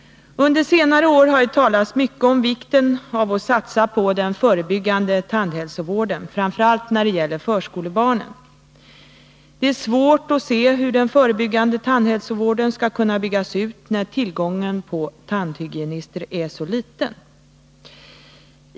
Under senare år har det talats mycket om vikten av att satsa på den förebyggande tandhälsovården, framför allt när det gäller förskolebarnen. Det är svårt att se hur den förebyggande tandhälsovården skall kunna byggas ut när tillgången på tandhygienister är så liten.